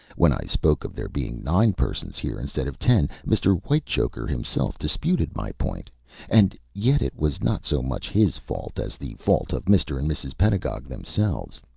when i spoke of there being nine persons here instead of ten, mr. whitechoker himself disputed my point and yet it was not so much his fault as the fault of mr. and mrs. pedagog themselves.